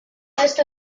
list